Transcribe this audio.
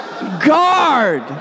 Guard